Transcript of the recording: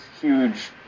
huge